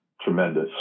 tremendous